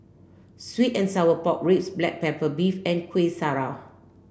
sweet and sour pork ribs black pepper beef and Kueh Syara